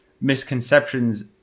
misconceptions